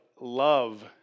love